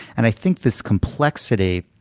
and i think this complexity,